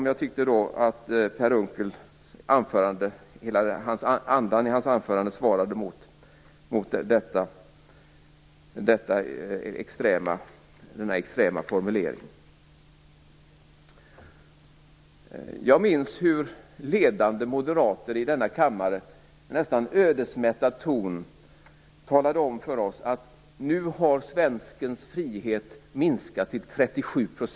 Jag tyckte att hela andan i hans anförande svarade mot denna extrema formulering. Jag minns hur ledande moderater i denna kammare med nästan ödesmättad ton talade om för oss att nu har svenskens frihet minskat till 37 %.